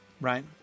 right